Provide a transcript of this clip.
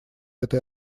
этой